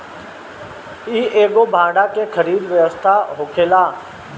इ एगो भाड़ा के खरीद व्यवस्था होखेला